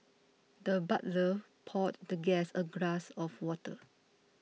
the butler poured the guest a glass of water